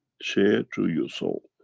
share through your soul,